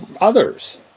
others